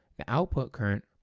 the output current,